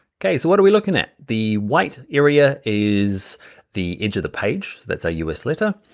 okay, so what are we looking at? the white area is the edge of the page that's a us letter.